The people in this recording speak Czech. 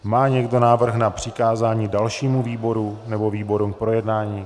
Má někdo návrh na přikázání dalšímu výboru nebo výborům k projednání?